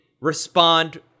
respond